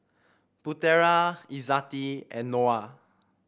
Putera Izzati and Noah